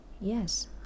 Yes